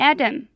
Adam